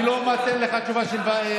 אני לא נותן לך תשובה של ועדה,